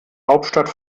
hauptstadt